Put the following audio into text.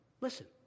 Listen